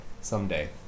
someday